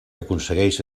aconsegueix